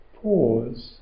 pause